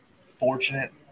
fortunate